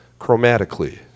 chromatically